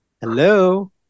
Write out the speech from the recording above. Hello